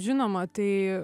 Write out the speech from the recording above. žinoma tai